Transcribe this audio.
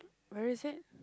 where is it